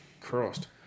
Crossed